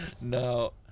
No